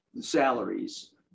salaries